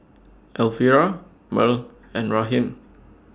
Elvira Merl and Raheem